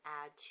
add